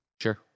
Sure